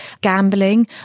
gambling